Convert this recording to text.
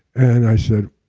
and i said,